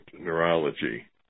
neurology